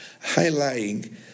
highlighting